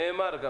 זה נאמר.